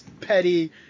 petty